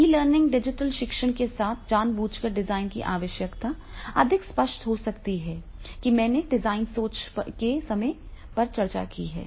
ई learning digital शिक्षण के साथ जानबूझकर डिजाइन की आवश्यकता अधिक स्पष्ट हो जाती है कि मैंने डिजाइन सोच के समय पर चर्चा की है